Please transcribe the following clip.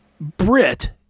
Brit